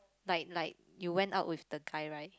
like like you went out with the guy right